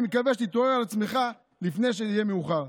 אני מקווה שתתעורר על עצמך לפני שיהיה מאוחר,